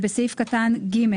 בסעיף קטן (ג)